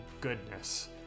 goodness